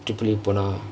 இப்படியே போனா:ipadiye ponaa